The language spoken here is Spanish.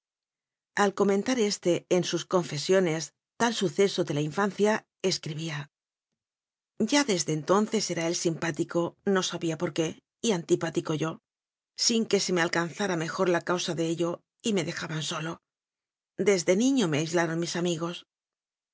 al comentar éste en sus confesiones tal ü suceso de la infancia escribía ya desde en tonces era él simpático no sabía por qué y antipático yo sin que se me alcanzara me jor la causa de ello y me dejaban solo desde niño me aislaron mis amigos